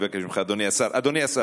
תענה למה התנגדתם לחוק הגיוס.